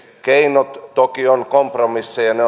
keinot toki ovat kompromisseja ja ne